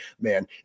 man